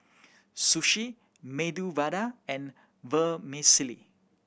Sushi Medu Vada and Vermicelli